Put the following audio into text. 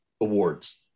Awards